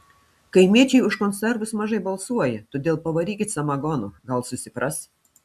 kaimiečiai už konservus mažai balsuoja todėl pavarykit samagono gal susipras